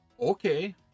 Okay